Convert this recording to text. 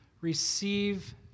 Receive